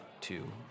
two